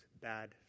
bad